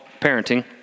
Parenting